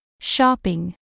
shopping